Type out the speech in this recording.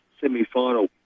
semi-final